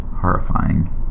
horrifying